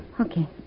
Okay